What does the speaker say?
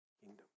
kingdom